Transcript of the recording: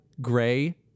gray